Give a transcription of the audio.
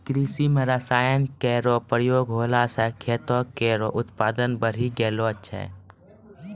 कृषि म रसायन केरो प्रयोग होला सँ खेतो केरो उत्पादन बढ़ी गेलो छै